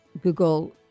Google